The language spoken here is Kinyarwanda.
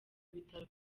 bitaro